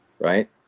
right